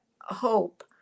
hope